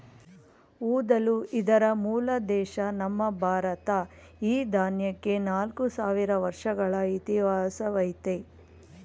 ಊದಲು ಇದರ ಮೂಲ ದೇಶ ನಮ್ಮ ಭಾರತ ಈ ದಾನ್ಯಕ್ಕೆ ನಾಲ್ಕು ಸಾವಿರ ವರ್ಷಗಳ ಇತಿಹಾಸವಯ್ತೆ